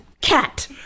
cat